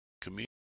community